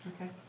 Okay